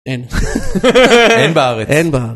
אין. אין בארץ. אין בארץ.